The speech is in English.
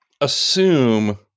assume